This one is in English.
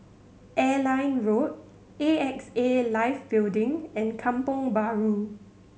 Airline Road A X A Life Building and Kampong Bahru